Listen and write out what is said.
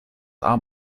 arm